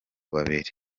babiri